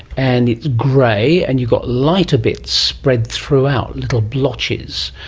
and it's grey and you've got lighter bits spread throughout, little blotches,